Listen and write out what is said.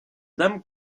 dame